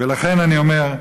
ולכן אני אומר,